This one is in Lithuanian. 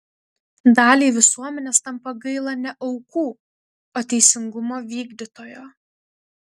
daliai visuomenės tampa gaila ne aukų o teisingumo vykdytojo